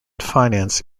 finance